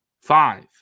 five